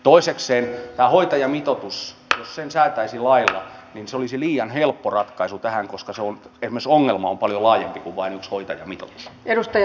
toisekseen jos tämän hoitajamitoituksen säätäisi lailla niin se olisi liian helppo ratkaisu tähän koska esimerkiksi ongelma on paljon laajempi kuin vain yksi hoitajamitoitus